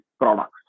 products